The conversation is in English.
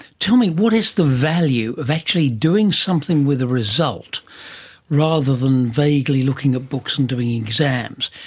tell me, what is the value of actually doing something with a result rather than vaguely looking at books and doing exams?